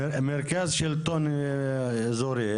כן, מרכז שלטון אזורי.